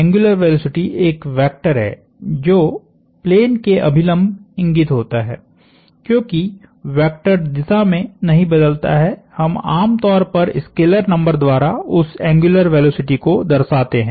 angular velocity एक vector है जो प्लेन के अभिलंब इंगित होता है क्योंकि वेक्टर दिशा में नहीं बदलता है हम आमतौर पर स्केलर नंबर द्वारा उस एंग्युलर वेलोसिटी को दर्शाते हैं